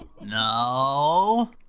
No